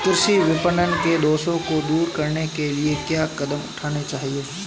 कृषि विपणन के दोषों को दूर करने के लिए क्या कदम उठाने चाहिए?